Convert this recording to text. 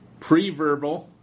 preverbal